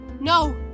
No